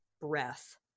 breath